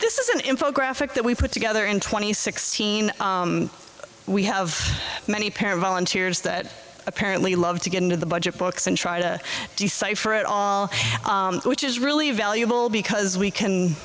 this is an info graphic that we put together and twenty sixteen we have many parallel and tears that apparently love to get into the budget books and try to decipher it all which is really valuable because we can